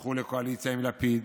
ילכו לקואליציה עם לפיד